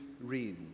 read